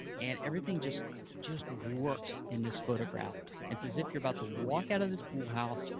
and everything just just works in this photograph, and it's as if you're about to walk out of this pool house,